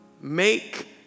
Make